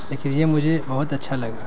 لیکن یے مجھے بہت اچھا لگا